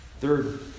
Third